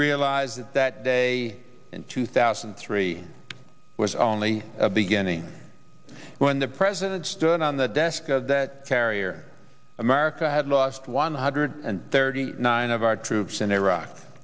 realized that day in two thousand and three was only a beginning when the president stood on the desk of that carrier america had lost one hundred and thirty nine of our troops in iraq